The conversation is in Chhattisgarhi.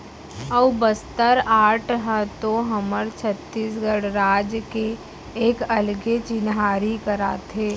अऊ बस्तर आर्ट ह तो हमर छत्तीसगढ़ राज के एक अलगे चिन्हारी कराथे